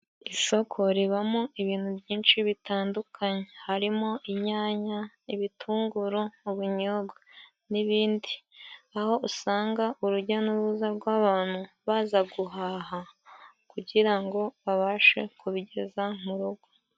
Isoko ribamo ibintu byinshi bitandukanye harimo: inyanya, ibitunguru, ibinnyobwa n'ibindi aho usanga urujya n'uruza rw'abantu baza guhaha, kugira ngobabashe kubigeza mu rugo.